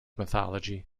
mythology